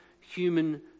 human